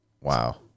wow